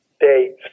dates